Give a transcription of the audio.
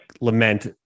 lament